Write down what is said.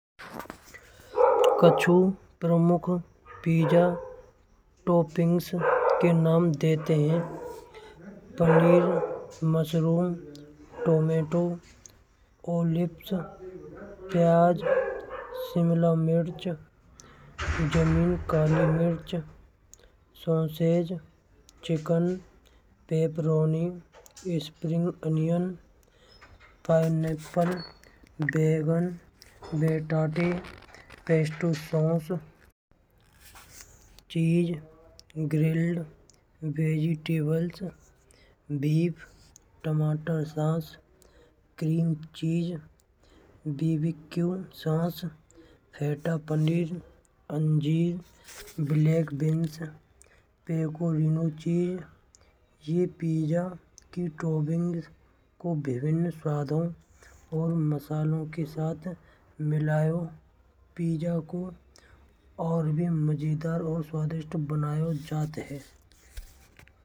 कछु प्रमुख pizza topping के नाम देते हैं। पनीर, मशरूम, टमाटर, लिप्स, प्याज, शिमला मिर्च, काली मिर्च, sausage chicken, pepperoni spring, onion pineapple. बेगन, बेटडी, पश्तो सौंस, चीज़ ग्रिल्ड वेजिटेबल्स बीन, टमाटर, सॉस, ग्रीन चीज़, देवी कुल, सौंस, फेटा पनीर, अंजीर। ब्लैक बींस, फेको हिनोस, ये पिज्जा की टोबिंग को विभिन्न स्वादों और मसालों के साथ मिलायो पिज्जा को और भी स्वादिष्ट और मजेदार बनाये जात है।